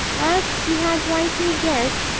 as he had rightly guessed,